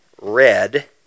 red